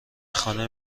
خانه